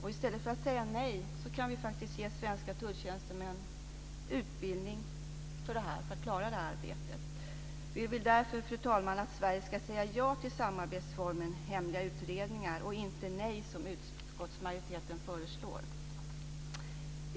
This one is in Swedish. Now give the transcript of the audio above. I stället för att säga nej kan vi faktiskt ge svenska tulltjänstemän utbildning för att klara det här arbetet. Vi vill därför, fru talman, att Sverige ska säga ja till samarbetsformen hemliga utredningar och inte nej som utskottsmajoriteten föreslår.